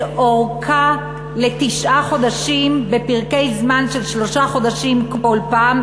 ארכה של תשעה חודשים בפרקי זמן של שלושה חודשים כל פעם.